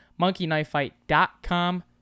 monkeyknifefight.com